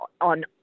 on